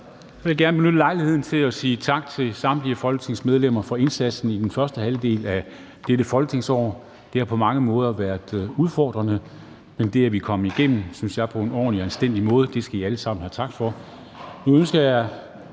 jeg gerne benytte lejligheden til at sige tak til samtlige Folketingets medlemmer for indsatsen i den første halvdel af dette folketingsår. Det har på mange måder været udfordrende, men det, at vi er kommet igennem på en, synes jeg, ordentlig og anstændig måde, skal I alle sammen have tak for.